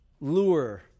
lure